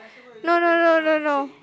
no no no no no